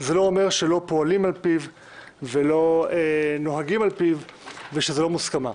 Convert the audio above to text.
זה לא אומר שלא פועלים על פיו ולא נוהגים על פיו ושזו לא מוסכמה.